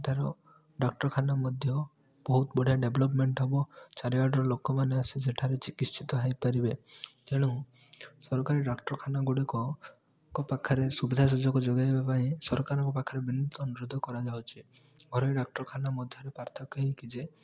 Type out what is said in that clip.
ଏଠାର ଡାକ୍ତରଖାନା ମଧ୍ୟ ବହୁତ ବଢ଼ିଆ ଡେଭଲପମେଣ୍ଟ ହେବ ଚାରିଆଡ଼ର ଲୋକମାନେ ଆସି ସେଠାରେ ଚିକିତ୍ସିତ ହେଇପାରିବେ ତେଣୁ ସରକାରୀ ଡାକ୍ତରଖାନା ଗୁଡ଼ିକ ପାଖରେ ସୁବିଧା ସୁଯୋଗ ଯୋଗେଇବା ପାଇଁ ସରକାରଙ୍କ ପାଖରେ ବିନୀତ ଅନୁରୋଧ କରାଯାଉଛି ଘରେଇ ଡାକ୍ତରଖାନା ମଧ୍ୟରେ ପାର୍ଥକ୍ୟ ଏହିକି ଯେ